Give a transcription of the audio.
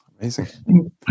Amazing